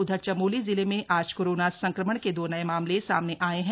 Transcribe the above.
उधर चमोली जिले में आज कोरोना संक्रमण के दो नए मामले सामने आए है